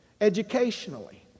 educationally